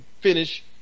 finish